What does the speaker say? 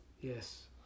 Yes